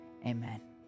Amen